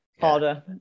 harder